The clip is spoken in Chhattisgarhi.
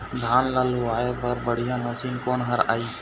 धान ला लुआय बर बढ़िया मशीन कोन हर आइ?